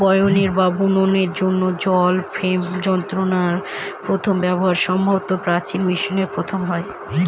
বয়নের বা বুননের জন্য জল ফ্রেম যন্ত্রের প্রথম ব্যবহার সম্ভবত প্রাচীন মিশরে প্রথম হয়